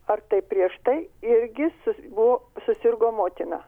ar tai prieš tai irgi su buvo susirgo motina